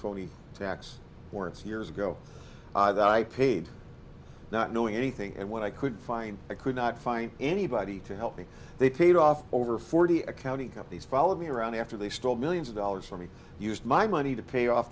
warrants years ago that i paid not knowing anything and when i could find i could not find anybody to help me they paid off over forty accounting companies follow me around after they stole millions of dollars from me used my money to pay off